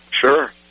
Sure